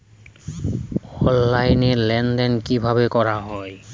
Online লেনদেন কিভাবে করা হয়?